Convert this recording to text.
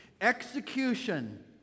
execution